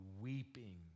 weeping